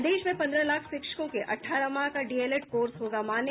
प्रदेश में पन्द्रह लाख शिक्षकों के अठारह माह का डीएलएड कोर्स होगा मान्य